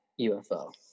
UFO